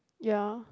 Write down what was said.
ya